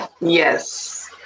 Yes